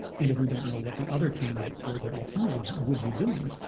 and if we don't know what the other candidates who are their alternatives would be doing,